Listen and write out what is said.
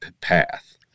path